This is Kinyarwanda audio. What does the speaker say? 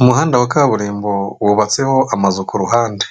Umuhanda wa kaburimbo wubatseho amazu kuruhande,